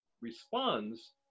responds